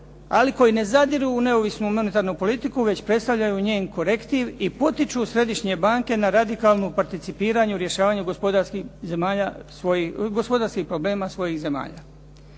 ali koji ne zadiru u neovisnu monetarnu politiku već predstavljaju njen korektiv i potiču središnje banke na radikalno participiranje u rješavanju gospodarskih problema svojih zemalja.